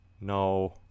No